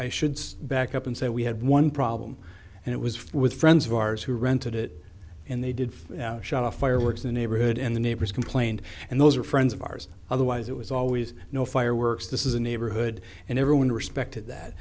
i should back up and say we had one problem and it was with friends of ours who rented it and they did shut off fireworks the neighborhood and the neighbors complained and those are friends of ours otherwise it was always no fireworks this is a neighborhood and him in respect to that